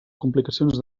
complicacions